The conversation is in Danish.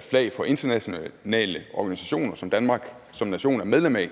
flag for internationale organisationer, som Danmark som nation er medlem af.